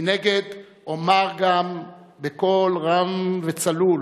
מנגד, אומר בקול רם וצלול